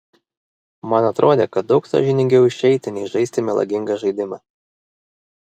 man atrodė kad daug sąžiningiau išeiti nei žaisti melagingą žaidimą